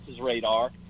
radar